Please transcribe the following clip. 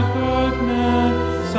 goodness